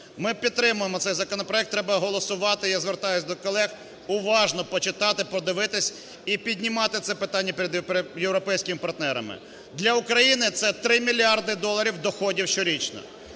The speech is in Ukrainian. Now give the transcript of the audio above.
Ми підтримуємо цей законопроект, треба голосувати. Я звертаюсь до колег уважно почитати, подивитись і піднімати це питання перед європейськими партнерами. Для України це 3 мільярди доларів доходів щорічно,